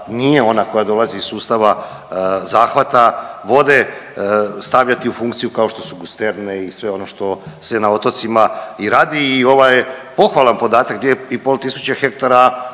nije ona koja dolazi iz sustava zahvata vode stavljati u funkciju kao što su gusterne i sve ono što se na otocima i radi i ovo je pohvalan podatak, 2,5 tisuće hektara